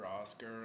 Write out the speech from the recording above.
Oscar